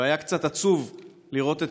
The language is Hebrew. והיה קצת עצוב לראות את